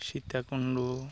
Sita Kund